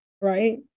right